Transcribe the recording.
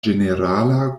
ĝenerala